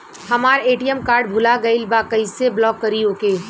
हमार ATM card भूला गईल बा कईसे ब्लॉक करी ओके?